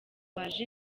waje